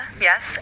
yes